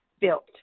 built